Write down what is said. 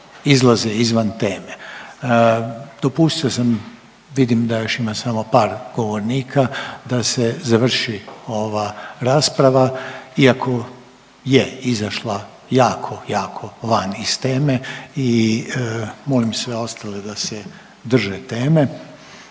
izlaze izvan teme. Dopustio sam, vidim da ima još samo par govornika, da se završi ova rasprava iako je izašla jako jako vani iz teme i molim sve ostale da se drže teme,